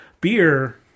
beer